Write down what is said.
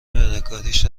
بدهکاریش